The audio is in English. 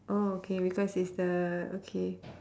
oh okay because it's the okay